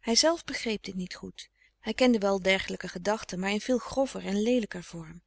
hij zelf begreep dit niet goed hij kende wel dergelijke gedachten maar in veel grover en leelijker vorm